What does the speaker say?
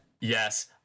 yes